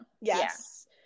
Yes